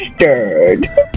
stirred